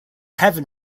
heaven